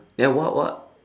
then wak wak